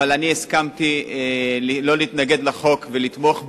אבל אני הסכמתי לא להתנגד לחוק, ולתמוך בו,